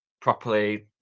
properly